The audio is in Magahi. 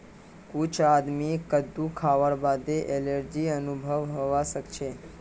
कुछ आदमीक कद्दू खावार बादे एलर्जी अनुभव हवा सक छे